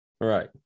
right